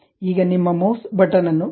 ಈಗ ನಿಮ್ಮ mouse button ಅನ್ನು ಬಿಡಿ